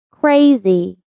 Crazy